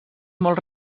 molt